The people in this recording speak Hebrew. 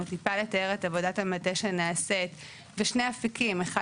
לתאר את עבודת המטה שנעשית בשני אפיקים: אחד,